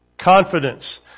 Confidence